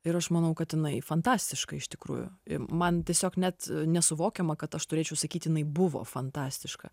ir aš manau kad jinai fantastiška iš tikrųjų man tiesiog net nesuvokiama kad aš turėčiau sakyti jinai buvo fantastiška